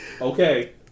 Okay